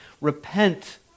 Repent